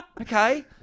okay